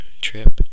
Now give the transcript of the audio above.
trip